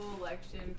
Election